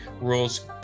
rules